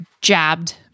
jabbed